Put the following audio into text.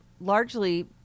largely